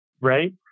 right